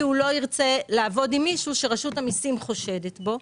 כי הוא לא ירצה לעבוד עם מישהו שרשות המיסים חושדת בו.